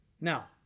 Now